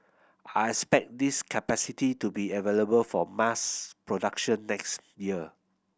I expect this capacity to be available for mass production next year